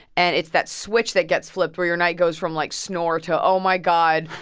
and it's that switch that gets flipped where your night goes from, like, snore to, oh, my god.